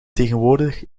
tegenwoordig